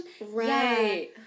Right